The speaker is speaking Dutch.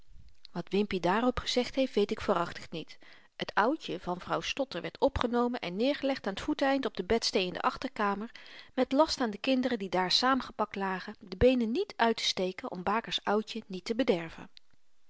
wat wimpie daarop gezegd heeft weet ik waarachtig niet het outje van vrouw stotter werd opgenomen en neergelegd aan t voeteneind op de bedstee in de achterkamer met last aan de kinderen die daar saamgepakt lagen de beenen niet uittesteken om baker's outje niet te bederven